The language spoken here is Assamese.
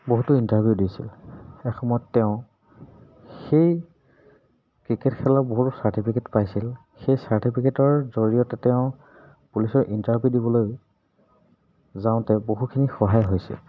বহুতো ইণ্টাৰভিউ দিছিল এসমত তেওঁ সেই ক্ৰিকেট খেলৰ বহুতো চাৰ্টিফিকেট পাইছিল সেই চাৰ্টিফিকেটৰ জৰিয়তে তেওঁ পুলিচৰ ইণ্টাৰভিউ দিবলৈ যাওঁতে বহুখিনি সহায় হৈছিল